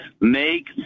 Make